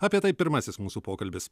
apie tai pirmasis mūsų pokalbis